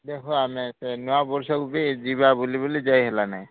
ଆଜ୍ଞା ହଁ ଆମେ ଏ ନୂଆ ବର୍ଷକୁ ବି ଯିବା ବୁଲି ବୁଲି ଯାଇ ହେଲା ନାହିଁ